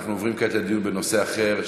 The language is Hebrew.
אנחנו עוברים כעת לדיון בנושא אחר,